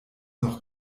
noch